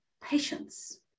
patience